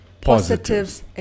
positives